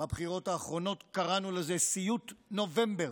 בבחירות האחרונות קראנו לזה "סיוט נובמבר",